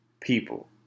People